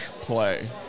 play